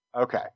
Okay